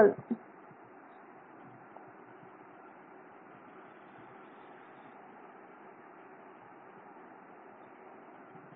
075 MPa